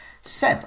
Seb